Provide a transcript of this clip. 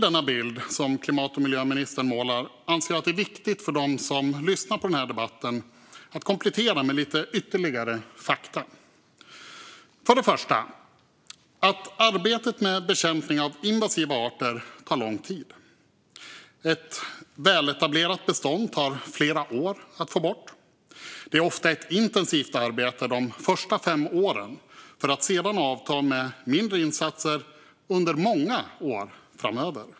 Den bild som klimat och miljöministern målar anser jag dock att det är viktigt att komplettera med lite ytterligare fakta för dem som lyssnar på debatten. För det första tar arbetet med bekämpning av invasiva arter lång tid. Ett väletablerat bestånd tar flera år att få bort. Arbetet är ofta intensivt de första fem åren för att sedan avta till mindre insatser under många år framöver.